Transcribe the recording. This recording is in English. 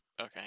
Okay